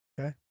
Okay